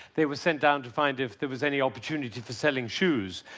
they were sent down to find if there was any opportunity for selling shoes,